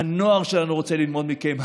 הנוער שלנו רוצה ללמוד מכם,